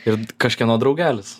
ir kažkieno draugelis